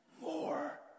more